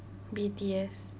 B_T_S